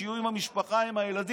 שיהיו עם המשפחה ועם הילדים.